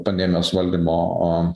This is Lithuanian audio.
pandemijos valdymo